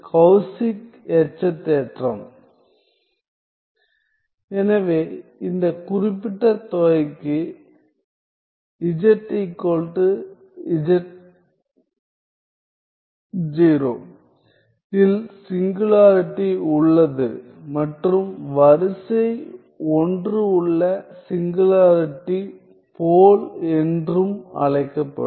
கௌசி எச்சத் தேற்றம் எனவே இந்த குறிப்பிட்ட தொகைக்கு z z0 இல் சிங்குளாரிடி உள்ளது மற்றும் வரிசை 1 உள்ள சிங்குளாரிடி போல் என்றும் அழைக்கப்படும்